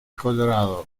colorado